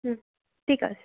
হুম ঠিক আছে